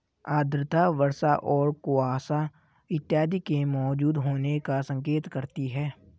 आर्द्रता वर्षा और कुहासा इत्यादि के मौजूद होने का संकेत करती है